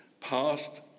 past